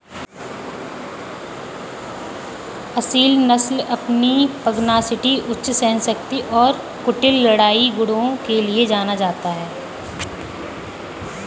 असील नस्ल अपनी पगनासिटी उच्च सहनशक्ति और कुटिल लड़ाई गुणों के लिए जाना जाता है